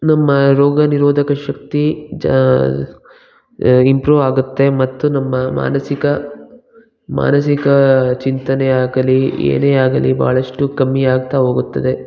ನಮ್ಮ ರೋಗ ನಿರೋಧಕ ಶಕ್ತಿ ಜ ಇಂಪ್ರೂವ್ ಆಗುತ್ತೆ ಮತ್ತು ನಮ್ಮ ಮಾನಸಿಕ ಮಾನಸಿಕ ಚಿಂತನೆಯಾಗಲಿ ಏನೇ ಆಗಲಿ ಬಹಳಷ್ಟು ಕಮ್ಮಿ ಆಗ್ತಾ ಹೋಗುತ್ತದೆ